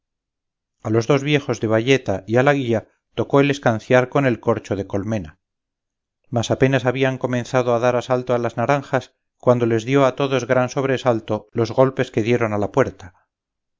a los dos viejos de bayeta y a la guía tocó el escanciar con el corcho de colmena mas apenas habían comenzado a dar asalto a las naranjas cuando les dio a todos gran sobresalto los golpes que dieron a la puerta